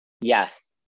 Yes